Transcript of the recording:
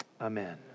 Amen